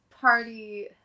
Party